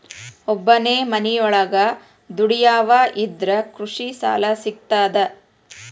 ಒಬ್ಬನೇ ಮನಿಯೊಳಗ ದುಡಿಯುವಾ ಇದ್ರ ಕೃಷಿ ಸಾಲಾ ಸಿಗ್ತದಾ?